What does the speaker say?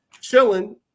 chilling